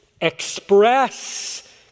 express